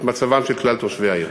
את מצבם של כלל תושבי העיר.